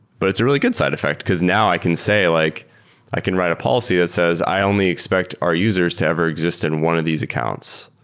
but it's a really good side effect, because now i can say like i can write a policy that says, i only expect our users to ever exist in one of these accounts.